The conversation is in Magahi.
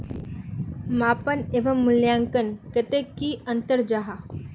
मापन एवं मूल्यांकन कतेक की अंतर जाहा?